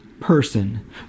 person